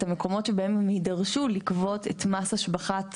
המקומות שבהם הם יידרשו לגבות את מס השבחת